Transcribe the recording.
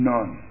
None